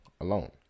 alone